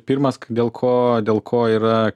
pirmas dėl ko dėl ko yra